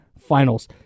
finals